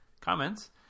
comments